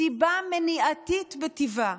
סיבה מניעתית בטיבה.